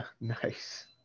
Nice